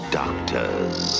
doctors